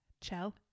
Chell